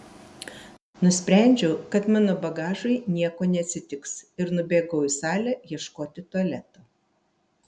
nusprendžiau kad mano bagažui nieko neatsitiks ir nubėgau į salę ieškoti tualeto